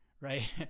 right